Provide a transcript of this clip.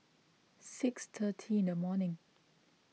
six thirty in the morning